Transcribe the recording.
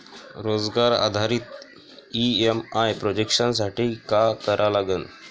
रोजगार आधारित EMI projection साठी का करा लागन?